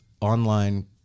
online